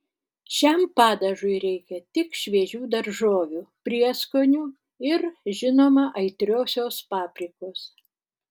šiam padažui reikia tik šviežių daržovių prieskonių ir žinoma aitriosios paprikos